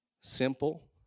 simple